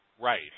Right